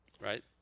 right